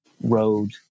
road